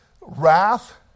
wrath